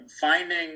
finding